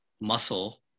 muscle